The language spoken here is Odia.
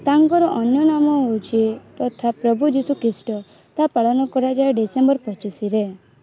ତାଙ୍କର ଅନ୍ୟ ନାମ ହେଉଛି ତଥା ପ୍ରଭୁ ଯୀଶୁଖ୍ରୀଷ୍ଟ ତା ପାଳନ କରାଯାଏ ଡିସେମ୍ବର ପଚିଶିରେ